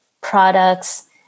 products